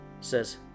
says